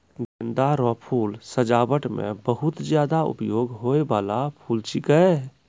गेंदा रो फूल सजाबट मे बहुत ज्यादा उपयोग होय बाला फूल छिकै